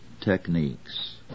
techniques